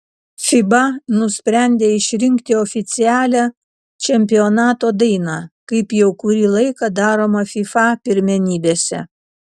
fiba nusprendė išrinkti oficialią čempionato dainą kaip jau kurį laiką daroma fifa pirmenybėse